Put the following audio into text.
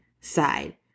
side